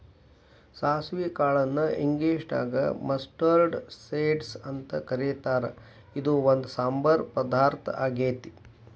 ಸಾಸವಿ ಕಾಳನ್ನ ಇಂಗ್ಲೇಷನ್ಯಾಗ ಮಸ್ಟರ್ಡ್ ಸೇಡ್ಸ್ ಅಂತ ಕರೇತಾರ, ಇದು ಒಂದ್ ಸಾಂಬಾರ್ ಪದಾರ್ಥ ಆಗೇತಿ